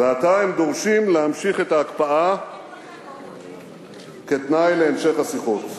ועתה הם דורשים להמשיך את ההקפאה כתנאי להמשך השיחות.